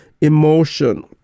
emotion